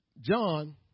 John